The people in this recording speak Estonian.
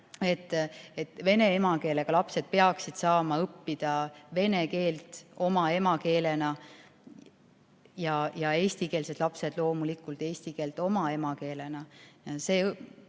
et vene emakeelega lapsed peaksid saama õppida vene keelt oma emakeelena ja eestikeelsed lapsed loomulikult eesti keelt oma emakeelena.